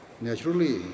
Naturally